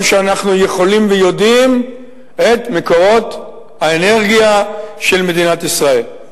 שאנחנו יכולים ויודעים את מקורות האנרגיה של מדינת ישראל.